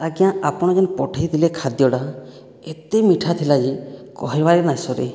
ଆଜ୍ଞା ଆପଣ ଯେନ୍ ପଠେଇଥିଲେ ଖାଦ୍ୟଟା ଏତେ ମିଠା ଥିଲା ଯେ କହିବାରେ ନାଇଁ ସରେ